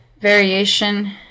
variation